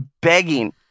begging